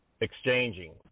exchanging